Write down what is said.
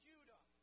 Judah